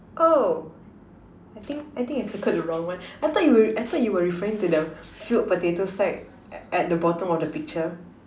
oh I think I think I circled the wrong one I thought you were I thought you were referring to the filled potato sack at the bottom of the picture